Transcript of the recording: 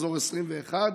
מחזור 21,